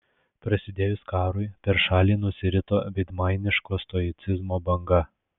prasidėjus karui per šalį nusirito veidmainiško stoicizmo banga